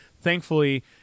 thankfully